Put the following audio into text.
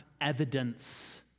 evidence